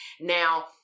now